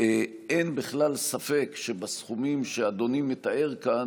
אין בכלל ספק שבסכומים שאדוני מתאר כאן,